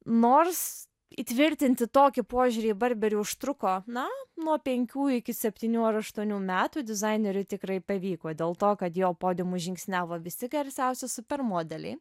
nors įtvirtinti tokį požiūrį į barberį užtruko na nuo penkių iki septynių ar aštuonių metų dizaineriui tikrai pavyko dėl to kad jo podiumu žingsniavo visi garsiausi super modeliai